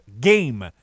GAME